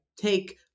take